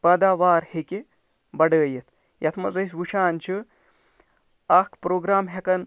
پٲداوار ہیٚکہِ بَڑھٲیِتھ یَتھ منٛز أسۍ وُچھان چھِ اَکھ پرٛوگرام ہیٚکَن